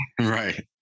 right